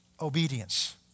obedience